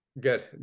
good